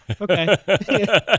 okay